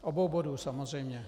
Obou bodů samozřejmě.